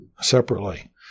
separately